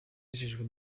wizihirijwe